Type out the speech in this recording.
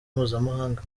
mpuzamahanga